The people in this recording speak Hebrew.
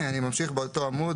אני ממשיך באותו עמוד